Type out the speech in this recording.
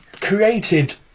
created